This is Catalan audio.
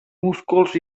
músculs